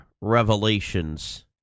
revelations